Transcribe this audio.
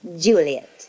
Juliet